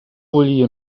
bullir